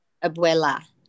abuela